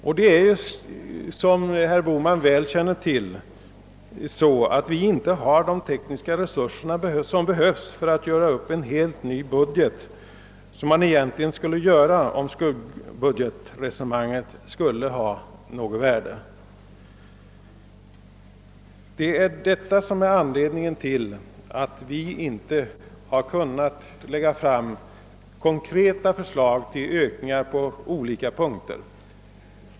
Som herr Bohman väl känner till har vi inte de tekniska resurser som behövs för att göra upp en helt ny budget, något som man egentligen skulle behöva göra om skuggbudgetresonemanget skulle ha något värde. Det är detta som är anledningen till att vi inte har kunnat lägga fram konkreta förslag till ökningar på olika punkter.